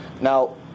Now